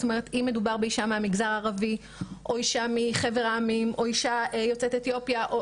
אם מדובר באישה מהמגזר הערבי או אישה מחבר העמים או אישה יוצאת אתיופיה,